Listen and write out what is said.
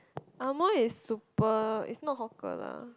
amoy is super is not hawker lah